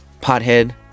pothead